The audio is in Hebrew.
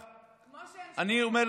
כמו שהם שווי זכויות,